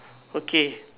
okay